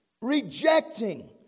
rejecting